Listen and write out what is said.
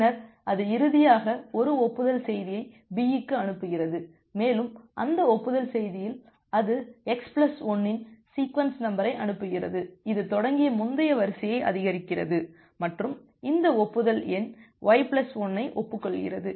பின்னர் அது இறுதியாக ஒரு ஒப்புதல் செய்தியை B க்கு அனுப்புகிறது மேலும் அந்த ஒப்புதல் செய்தியில் அது x பிளஸ் 1 இன் சீக்வென்ஸ் நம்பரை அனுப்புகிறது இது தொடங்கிய முந்தைய வரிசையை அதிகரிக்கிறது மற்றும் இந்த ஒப்புதல் எண் y பிளஸ் 1 ஐ ஒப்புக்கொள்கிறது